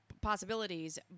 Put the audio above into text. possibilities